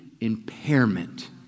impairment